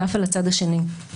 היא עפה לצד השני.